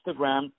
Instagram